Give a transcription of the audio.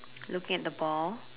looking at the ball